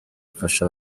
mfasha